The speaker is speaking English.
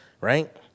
right